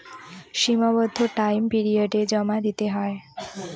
সীমাবদ্ধ টাইম পিরিয়ডে জমা দিতে হয়